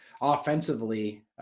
offensively